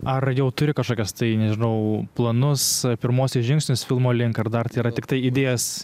ar jau turi kažkokias tai nežinau planus pirmuosius žingsnius filmo link ar dar tai yra tiktai idėjos